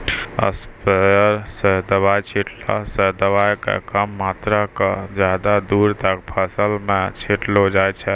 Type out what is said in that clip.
sprayer स दवाय छींटला स दवाय के कम मात्रा क ज्यादा दूर तक फसल मॅ छिटलो जाय छै